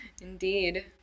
indeed